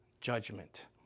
judgment